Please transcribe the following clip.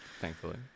thankfully